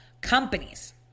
Companies